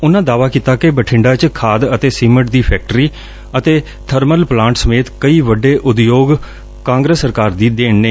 ਉਨੂਂ ਦਾਅਵਾ ਕੀਤਾ ਕਿ ਬਠਿੰਡਾ ਚ ਖਾਦ ਅਤੇ ਸੀਮਿੰਟ ਦੀ ਫੈਕਟਰੀ ਅਤੇ ਬਰਮਲ ਪਲਾਂਟ ਸਮੇਤ ਕਈ ਵੱਡੇ ਉਦਯੋਗ ਕਾਂਗਰਸ ਸਰਕਾਰ ਦੀ ਦੇਣ ਨੇ